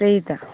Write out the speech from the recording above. त्यही त